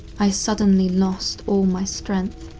i suddenly lost all my strength,